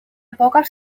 poques